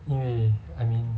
因为 I mean